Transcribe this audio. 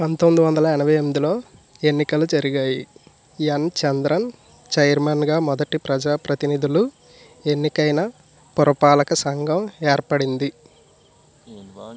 పంతొమ్మిది వందల ఎనభై ఎనిమిదిలో ఎన్నికలు జరిగాయి ఎన్ చంద్రన్ ఛైర్మన్గా మొదటి ప్రజాప్రతినిధులు ఎన్నికైన పురపాలక సంఘం ఏర్పడింది